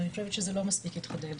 אני חושבת שזה לא מספיק התחדד.